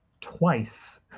twice